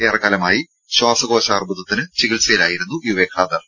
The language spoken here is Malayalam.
ഏറെക്കാലമായി ശ്വാസകോശ അർബുദത്തിന് ചികിത്സയിലായിരുന്നു അദ്ദേഹം